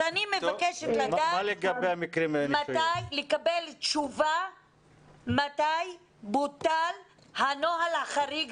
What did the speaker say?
אז אני מבקשת לקבל תשובה מתי בוטל הנוהל החריג